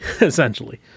essentially